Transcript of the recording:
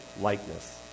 likeness